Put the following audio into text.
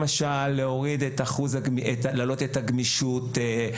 למשל: להעלות את הגמישות,